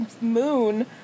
moon